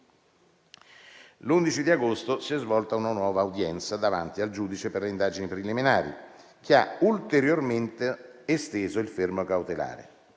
L'11 agosto si è svolta una nuova udienza davanti al giudice per le indagini preliminari, che ha ulteriormente esteso il fermo cautelare.